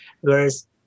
Whereas